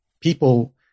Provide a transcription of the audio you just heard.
people